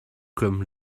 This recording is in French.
comme